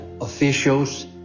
officials